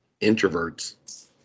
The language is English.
introverts